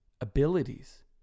abilities